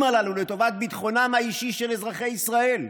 הללו לטובת ביטחונם האישי של אזרחי ישראל.